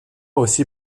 aussi